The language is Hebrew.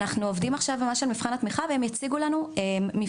אנחנו עובדים עכשיו על מבחני התמיכה והם יציגו לנו ממש